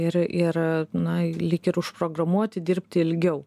ir ir na lyg ir užprogramuoti dirbti ilgiau